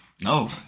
No